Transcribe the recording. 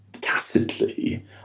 tacitly